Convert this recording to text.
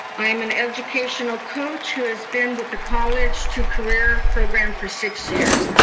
i am an educational coach who has been with the college to career program for six years.